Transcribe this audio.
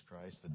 Christ